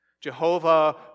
Jehovah